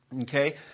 Okay